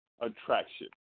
attraction